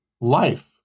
life